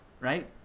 right